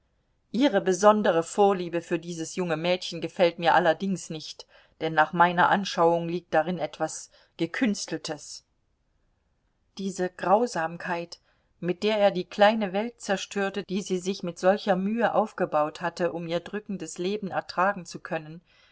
ihre besondere vorliebe für dieses junge mädchen gefällt mir allerdings nicht denn nach meiner anschauung liegt darin etwas gekünsteltes diese grausamkeit mit der er die kleine welt zerstörte die sie sich mit solcher mühe aufgebaut hatte um ihr drückendes leben ertragen zu können